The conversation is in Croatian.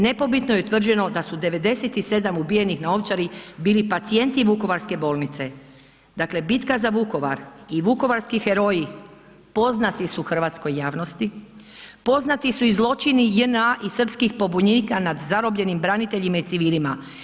Nepobitno je utvrđeno da su 97 ubijenih na Ovčari bili pacijenti vukovarske bolnice, dakle bitka za Vukovar i vukovarski heroji poznati su hrvatskoj javnosti, poznati su i zločini JNA i srpskih pobunjenika nad zarobljenim braniteljima i civilima.